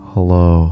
Hello